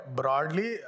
broadly